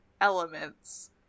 elements